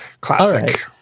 Classic